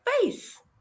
face